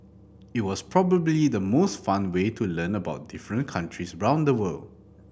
it was probably the most fun way to learn about different countries round the world